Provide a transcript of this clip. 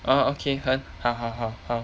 ah okay 很好好好好